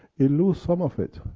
it loses some of it,